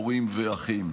הורים ואחים.